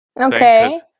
okay